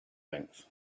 length